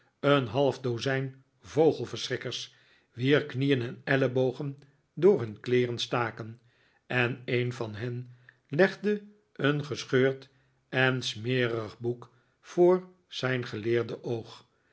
een half dozijn vogelverschrikkers wier knieen en ellebogen door hun kleeren staken en een van hen legde een gescheurd en smerig boek voor zijn geleexde oog